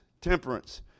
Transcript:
temperance